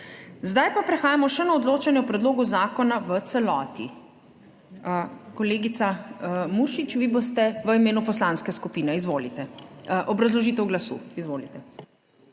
Zdaj pa prehajamo še na odločanje o predlogu zakona v celoti. Kolegica Muršič, vi boste v imenu poslanske skupine? Obrazložitev glasu. Izvolite.